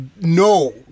No